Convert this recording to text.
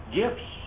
gifts